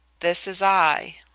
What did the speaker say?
this is i.